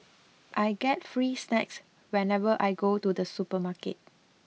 I get free snacks whenever I go to the supermarket